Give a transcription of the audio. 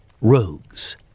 Rogues